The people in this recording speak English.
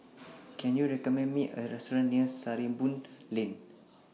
Can YOU recommend Me A Restaurant near Sarimbun Lane